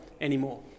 anymore